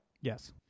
Yes